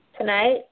tonight